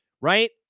right